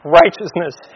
righteousness